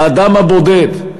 האדם הבודד.